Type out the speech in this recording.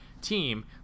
team